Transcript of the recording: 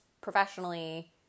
professionally